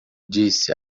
disse